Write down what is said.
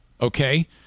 Okay